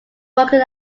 broken